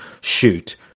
shoot